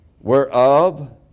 Whereof